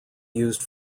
used